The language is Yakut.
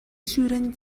сүүрэн